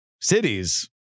cities